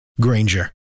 Granger